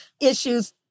issues